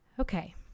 Okay